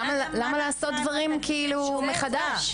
למה לעשות דברים מחדש?